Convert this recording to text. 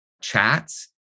chats